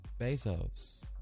Bezos